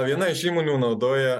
viena iš įmonių naudoja